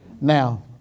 Now